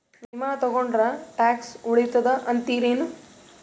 ವಿಮಾ ತೊಗೊಂಡ್ರ ಟ್ಯಾಕ್ಸ ಉಳಿತದ ಅಂತಿರೇನು?